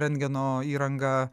rentgeno įranga